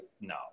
No